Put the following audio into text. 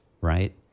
right